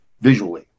visually